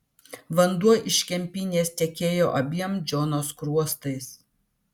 vanduo iš kempinės tekėjo abiem džono skruostais